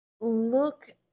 look